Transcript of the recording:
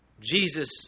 Jesus